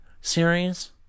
series